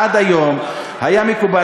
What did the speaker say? עד היום היה מקובל,